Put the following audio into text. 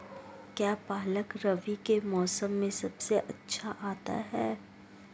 क्या पालक रबी के मौसम में सबसे अच्छा आता है?